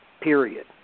Period